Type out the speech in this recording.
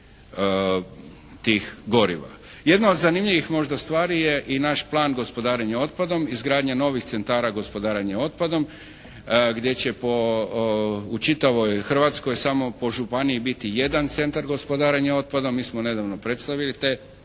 Jedna od zanimljivih možda stvari je i naš plan gospodarenja otpadom, izgradnja novih centara gospodarenja otpadom gdje će po u čitavoj Hrvatskoj samo po županiji biti jedan centar gospodarenja otpadom. Mi smo nedavno predstavili te osnovne